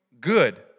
good